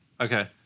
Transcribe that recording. Okay